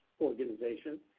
organization